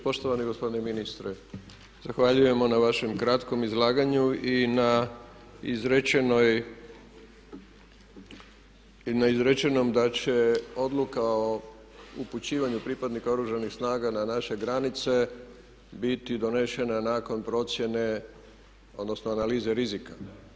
Poštovani gospodine ministre, zahvaljujemo na vašem kratkom izlaganju i na izrečenom da će Odluka o upućivanju pripadnika Oružanih snaga na naše granice biti donesena nakon procjene odnosno analize rizika.